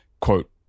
quote